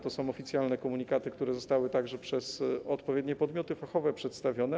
To są oficjalne komunikaty, które zostały także przez odpowiednie podmioty fachowe przedstawione.